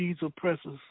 oppressors